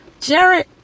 Jared